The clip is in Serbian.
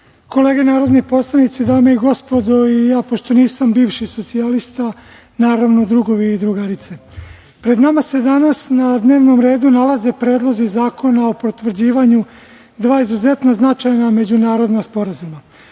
kolege narodni poslanici, dame i gospodo, i ja pošto nisam bivši socijalista, naravno, i drugovi i drugarice, pred nama se danas na dnevnom redu nalaze predlozi zakona o potvrđivanju dva izuzetno značajna međunarodna sporazuma,